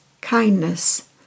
Kindness